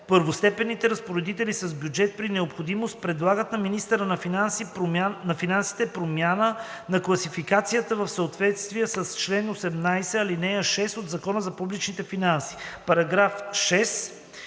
първостепенните разпоредители с бюджет при необходимост предлагат на министъра на финансите промяна на класификацията в съответствие с чл. 18, ал. 6 от Закона за публичните финанси.“